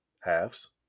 halves